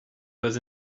was